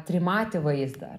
trimatį vaizdą